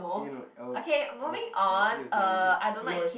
eh no I I forget his name already